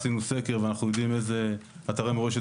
עשינו סקר ואנחנו יודעים איזה אתרי מורשת